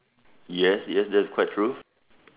yes yes that is quite true